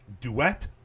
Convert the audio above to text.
duet